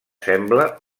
sembla